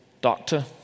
doctor